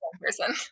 person